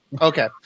Okay